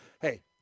Hey